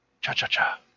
Cha-cha-cha